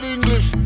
English